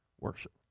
worship